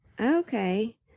Okay